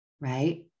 right